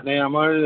মানে আমাৰ